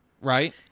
right